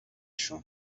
شون